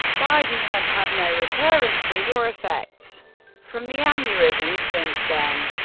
biden has had no recurrences or effects from the aneurysms since then.